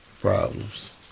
problems